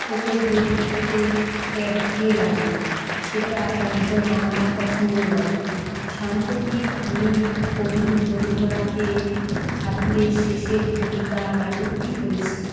একই বই পড়তে একঘেয়ে লাগে সেটা একদম আমার পছন্দ নয় সাম্প্রতিক আমি কবি গুরু রবীন্দ্রনাথের ঠাকুরের শেষের কবিতা নাটকটি পড়েছি